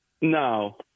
No